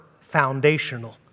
foundational